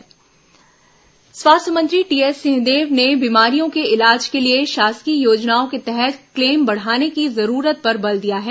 स्वास्थ्य मंत्री बैठक स्वास्थ्य मंत्री टीएस सिंहदेव ने बीमारियों के इलाज के लिए शासकीय योजनाओं के तहत क्लेम बढ़ाने की जरूरत पर बल दिया है